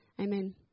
Amen